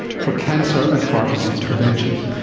for cancer and heart disease prevention.